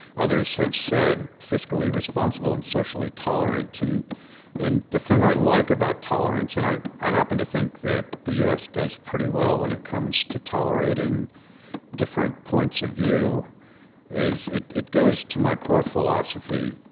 others have said fiscally responsible and socially tolerant. and and the thing i like about tolerance and i i happen to think that the u s. does pretty well when it comes to tolerating different points of view is it it goes to my core philosophy.